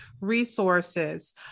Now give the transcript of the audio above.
resources